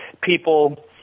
people